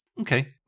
Okay